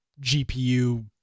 GPU